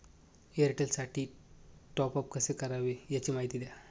एअरटेलसाठी टॉपअप कसे करावे? याची माहिती द्या